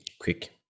quick